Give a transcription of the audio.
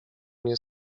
nie